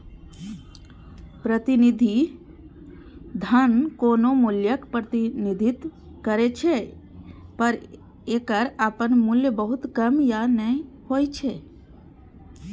प्रतिनिधि धन कोनो मूल्यक प्रतिनिधित्व करै छै, पर एकर अपन मूल्य बहुत कम या नै होइ छै